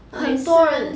我也是